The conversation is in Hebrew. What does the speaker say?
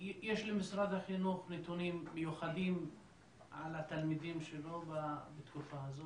יש למשרד החינוך נתונים מיוחדים על התלמידים שלו בתקופה הזאת?